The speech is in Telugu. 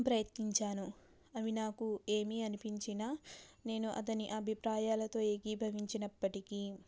ప్రయత్నించాను అవి నాకు ఏమి అనిపించినా నేను అతని అభిప్రాయాలతో ఏకీభవించినప్పటికీ